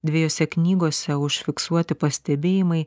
dviejose knygose užfiksuoti pastebėjimai